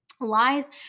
lies